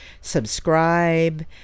subscribe